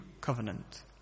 covenant